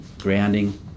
grounding